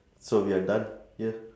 so we are done here